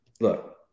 Look